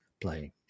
playing